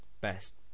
best